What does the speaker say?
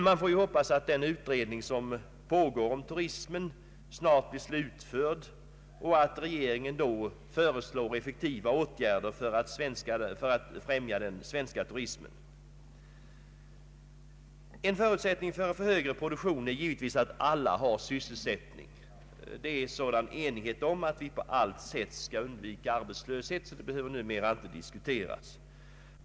Man får hoppas att den utredning som pågår om turism snart är slutförd och att regeringen då föreslår effektiva åtgärder för att främja den svenska turismen. En förutsättning för högre produktion är givetvis att alla har sysselsättning. Det råder nu sådan enighet om att vi på allt sätt skall försöka undvika arbetslöshet att detta numera inte behöver diskuteras.